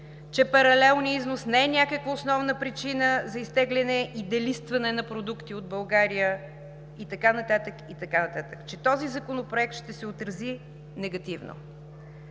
че паралелният износ не е някаква основна причина за изтегляне и делистване на продукти от България и така нататък, и така нататък, и че този законопроект ще се отрази негативно.